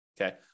okay